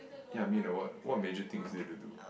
ya mean like what what major things that you have to do